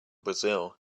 brazil